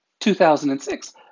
2006